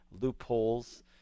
loopholes